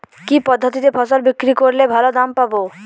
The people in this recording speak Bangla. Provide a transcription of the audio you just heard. কি পদ্ধতিতে ফসল বিক্রি করলে ভালো দাম পাব?